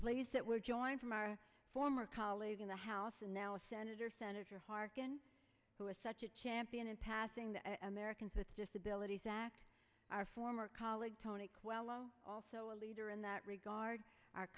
place that we're joined from our former colleagues in the house and now a senator senator harkin who is such a champion in passing the americans with disabilities act our former colleague tony coelho also a leader in that regard our